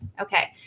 Okay